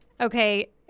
Okay